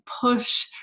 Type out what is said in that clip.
push